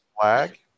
flag